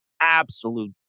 absolute